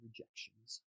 rejections